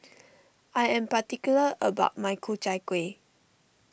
I am particular about my Ku Chai Kueh